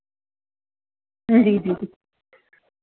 जी जी